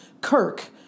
Kirk